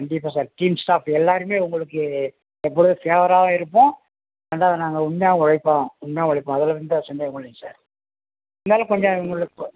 கண்டிப்பாக sir team staff எல்லாருமே உங்களுக்கு எப்பொழுதும் ஃபேவராகவும் இருப்போம் ரெண்டாவது நாங்கள் உண்மையாக உழைப்போம் உண்மையாக உழைப்போம் அதில் வந்து ஒரு சந்தேகமும் இல்லைங்க சார் இருந்தாலும் கொஞ்சம் உங்களுக்கு